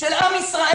של עם ישראל.